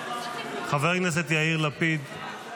חבר הכנסת יאיר לפיד,